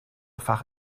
fach